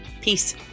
Peace